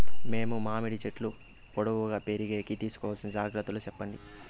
మేము మామిడి చెట్లు పొడువుగా పెరిగేకి తీసుకోవాల్సిన జాగ్రత్త లు చెప్పండి?